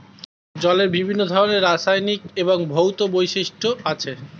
জলের বিভিন্ন ধরনের রাসায়নিক এবং ভৌত বৈশিষ্ট্য আছে